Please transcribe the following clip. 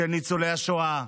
של ניצולי השואה,